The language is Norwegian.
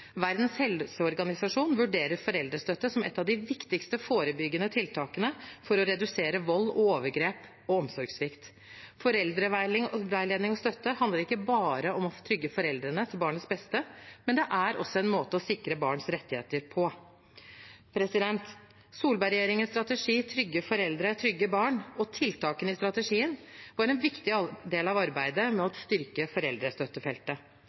Verdens helseorganisasjon vurderer foreldrestøtte som et av de viktigste forebyggende tiltakene for å redusere vold, overgrep og omsorgssvikt. Foreldreveiledning og støtte handler ikke bare om å trygge foreldrene til barnets beste, men det er også en måte å sikre barnets rettigheter på. Solberg-regjeringens strategi «Trygge foreldre – trygge barn» og tiltakene i strategien var en viktig del av arbeidet med å styrke foreldrestøttefeltet.